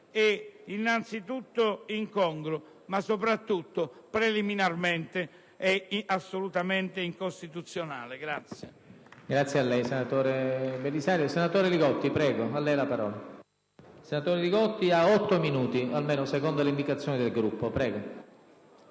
innanzitutto incongruo, ma soprattutto, preliminarmente, assolutamente incostituzionale.